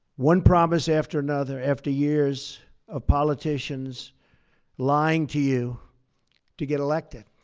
one promise after another after years of politicians lying to you to get elected.